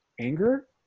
anger